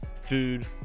food